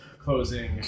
closing